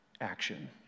action